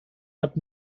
hat